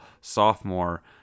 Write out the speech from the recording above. sophomore